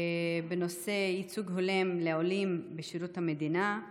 בנושא: ייצוג הולם לעולים בשירות המדינה,